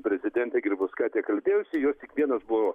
prezidente grybauskaite kalbėjausi jos tik vienas buvo